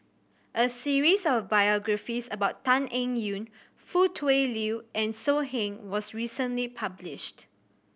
a series of biographies about Tan Eng Yoon Foo Tui Liew and So Heng was recently published